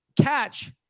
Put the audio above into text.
catch